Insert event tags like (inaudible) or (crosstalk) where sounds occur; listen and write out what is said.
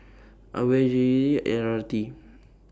AWARE (unintelligible) L R T